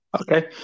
Okay